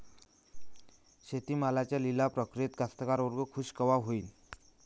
शेती मालाच्या लिलाव प्रक्रियेत कास्तकार वर्ग खूष कवा होईन?